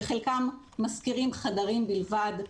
בחלקם משכירים חדרים בלבד,